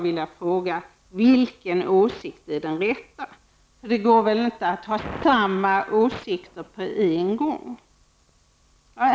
Vilken åsikt är den rätta? Det går väl inte att ha båda åsikterna på en gång?